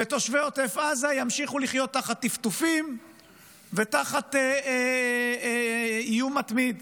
ותושבי עוטף עזה ימשיכו לחיות תחת טפטופים ותחת איום מתמיד,